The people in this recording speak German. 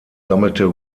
sammelte